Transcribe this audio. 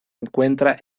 encuentra